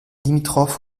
limitrophe